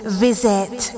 visit